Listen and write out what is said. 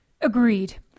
Agreed